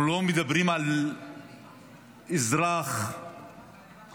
אנחנו לא מדברים על אזרח רגיל,